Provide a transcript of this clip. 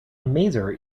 maser